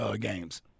games